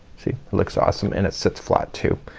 see, it looks awesome. and it sits flat too.